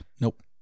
nope